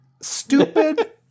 stupid